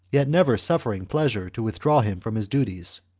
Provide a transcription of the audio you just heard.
yet never suffering pleasure to withdraw him from his duties,